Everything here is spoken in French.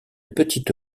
petite